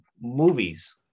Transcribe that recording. movies